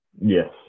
Yes